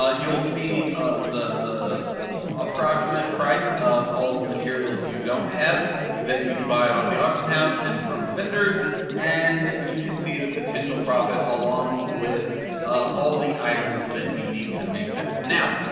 ah you'll see the the approximate price of all the materials you don't have that you can buy off the auction house and from vendors and you can see the potential profit along with all the items that you need to make that. now,